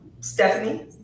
Stephanie